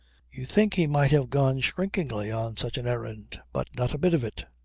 you think he might have gone shrinkingly on such an errand. but not a bit of it.